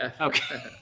Okay